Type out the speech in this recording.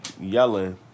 yelling